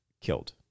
killed